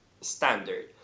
standard